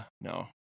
no